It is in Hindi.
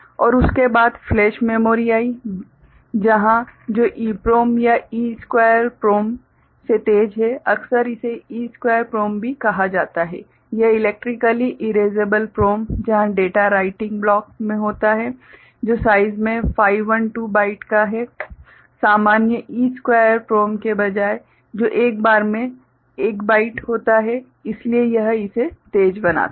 और उसके बाद फ्लैश मेमोरी आई जहां जो EEPROM या E स्क्वायर PROM से तेज है अक्सर इसे E स्क्वायर PROM भी कहा जाता है यह इलेक्ट्रिकली इरेज़ेबल PROM जहाँ डेटा राइटिंग ब्लॉक में होता है जो साइज़ मे 512 बाइट का है सामान्य E स्क्वायर PROM के बजाय जो एक बार में 1 बाइट होता है इसलिए यह इसे तेज़ बनाता है